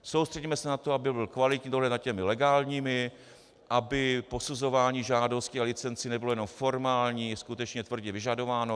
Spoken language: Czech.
Soustředíme se na to, aby byl kvalitní dohled nad těmi legálními, aby posuzování žádostí o licencí nebylo jenom formální, ale skutečně tvrdě vyžadováno.